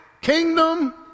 kingdom